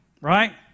Right